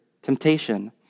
Temptation